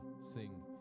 sing